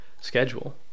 schedule